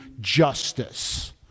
justice